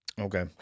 Okay